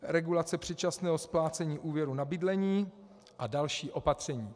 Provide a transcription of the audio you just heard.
Regulace předčasného splácení úvěrů na bydlení a další opatření.